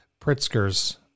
Pritzker's